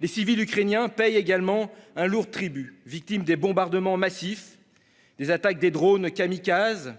Les civils ukrainiens paient également un lourd tribut, victimes des bombardements massifs, des attaques des drones kamikazes